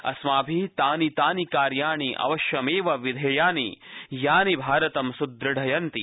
अस्माभि तानि तानि कार्याणि अवश्यमेव विधेयानि यानि भारतं स्दृढयन्ति